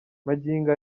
magingo